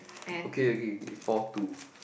okay okay K four two